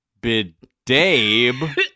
Bidabe